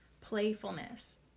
playfulness